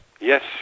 Yes